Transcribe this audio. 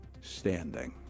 standing